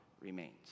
remains